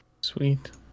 Sweet